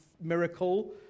miracle